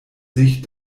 sich